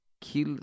kill